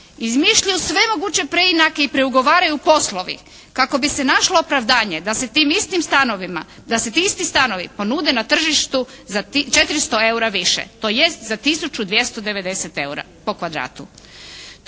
izmišljuju svemoguće preinake i preugovoraju poslovi kako bi se našlo opravdanje da se tim istim stanovima, da se ti isti stanovi ponude na tržištu za 400 eura više, tj. za tisuću 290 eura po kvadratu.